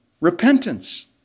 repentance